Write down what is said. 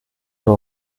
nur